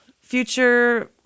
future